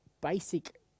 basic